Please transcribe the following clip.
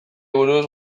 buruz